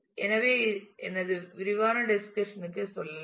எனவே எனது விரிவான டிஸ்கஷன் க்கு செல்லலாம்